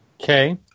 Okay